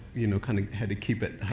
you know, kind of had to keep it